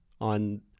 on